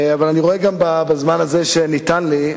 אבל אני רואה גם בזמן הזה שניתן לי,